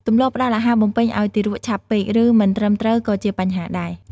ទម្លាប់ផ្តល់អាហារបំពេញឱ្យទារកឆាប់ពេក ឬមិនត្រឹមត្រូវក៏ជាបញ្ហាដែរ។